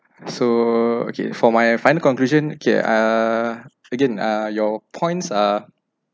so okay for my final conclusion okay err again uh your points are